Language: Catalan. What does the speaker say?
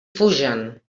fugen